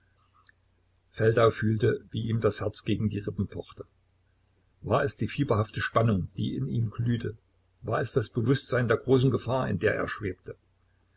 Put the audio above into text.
feldau fühlte wie ihm das herz gegen die rippen pochte war es die fieberhafte spannung die in ihm glühte war es das bewußtsein der großen gefahr in der er schwebte